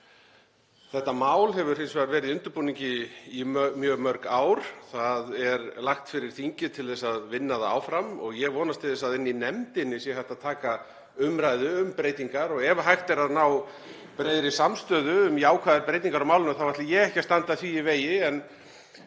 Þetta mál hefur hins vegar verið í undirbúningi í mjög mörg ár. Það er lagt fyrir þingið til að vinna það áfram og ég vonast til þess að í nefndinni sé hægt að taka umræðu um breytingar og ef hægt er að ná breiðri samstöðu um jákvæðar breytingar á málinu þá ætla ég ekki að standa því í vegi, en